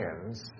hands